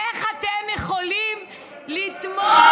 איך אתם יכולים לתמוך,